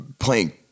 playing